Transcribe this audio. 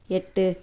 எட்டு